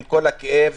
עם כל הכאב,